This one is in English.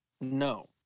No